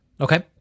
Okay